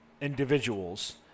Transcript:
individuals